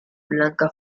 blanca